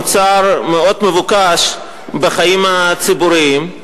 מנהיגות היא מוצר מאוד מבוקש בחיים הציבוריים,